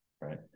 right